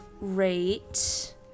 rate